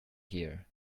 here